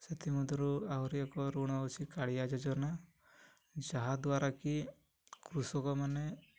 ସେଥିମଧ୍ୟରୁ ଆହୁରି ଏକ ଋଣ ଅଛି କାଳିଆ ଯୋଜନା ଯାହାଦ୍ୱାରା କି କୃଷକମାନେ